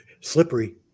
slippery